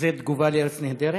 זה תגובה ל"ארץ נהדרת"?